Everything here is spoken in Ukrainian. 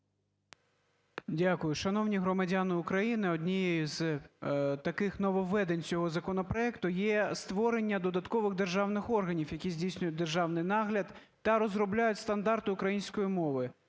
Дякую. Шановні громадяни України, одним з таких нововведень цього законопроекту є створення додаткових державних органів, які здійснюють державний нагляд та розробляють стандарти української мови.